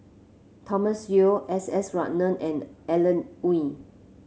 Thomas Yeo S S Ratnam and Alan Oei